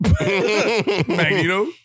Magneto